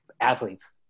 athletes